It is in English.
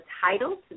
title